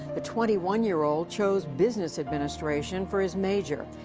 the twenty one year old chose business administration for his major,